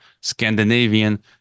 scandinavian